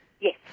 Yes